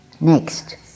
Next